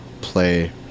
play